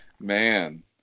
Man